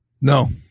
No